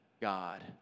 God